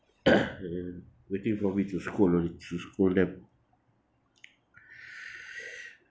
waiting for me to scold only to scold them